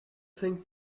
think